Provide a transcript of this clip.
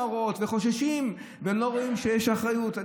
שהם לא מרוצים מההוראות וחוששים ולא רואים שיש אחריות.